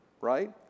right